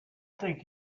think